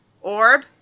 Orb